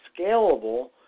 scalable